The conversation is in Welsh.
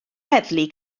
heddlu